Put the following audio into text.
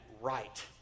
right